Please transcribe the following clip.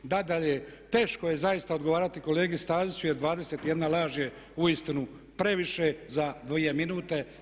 Nadalje, teško je zaista odgovarati kolegi Staziću jer 21 laž je uistinu previše za dvije minute.